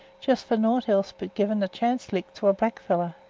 just for nowt else but giving a chance lick to a blackfellow.